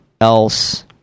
else